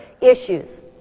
issues